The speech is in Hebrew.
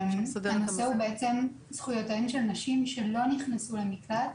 הנושא הוא זכויותיהן של נשים שלא נכנסו למקלט,